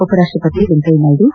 ಉಪ ರಾಷ್ಟಪತಿ ವೆಂಕಯ್ಯನಾಯ್ದು